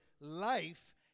life